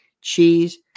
cheese